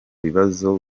bibazo